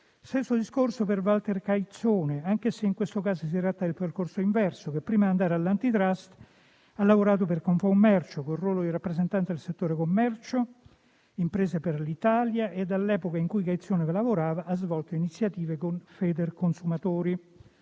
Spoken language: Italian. stesso discorso vale per Walter Caizzone, anche se in questo caso si tratta del percorso inverso: prima di andare all'Antitrust ha lavorato per Confcommercio, nel ruolo di rappresentante del settore commercio, imprese per l'Italia e, all'epoca in cui Caizzone vi lavorava, ha svolto iniziative con Federconsumatori.